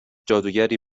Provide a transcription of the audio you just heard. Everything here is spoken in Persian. جادوگری